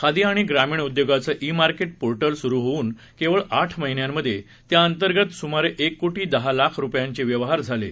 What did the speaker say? खादी आणि ग्रामीण उद्योगाचं ई मार्केट पोर्टल सुरू होऊन केवळ आठ महिन्यांमध्ये त्या अंतर्गत सुमारे एक कोटी दहा लाख रुपयांचे व्यवहार झाले आहेत